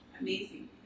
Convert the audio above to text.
amazing